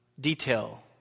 detail